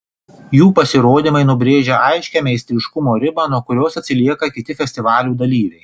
jų pasirodymai nubrėžia aiškią meistriškumo ribą nuo kurios atsilieka kiti festivalių dalyviai